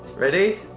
ready?